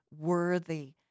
worthy